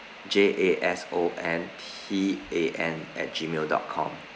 J A S O N T A N at gmail dot com